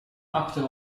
achter